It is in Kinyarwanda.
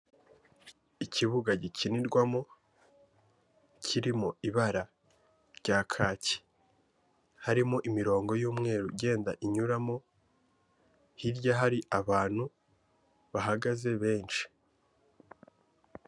Ikibuga gikinirwamo kirimo ibara rya kaki harimo imirongo y'umweru igenda inyuramo, hirya hari abantu bahagaze benshi.